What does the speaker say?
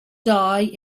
die